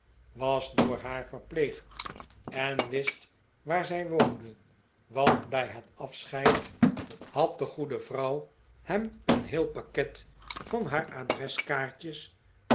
was door haar verpleegd en wist waar zij woonde want bij het afscheid had de goede vrouw hem een heel pakket van haar